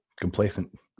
complacent